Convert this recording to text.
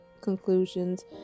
conclusions